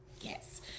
yes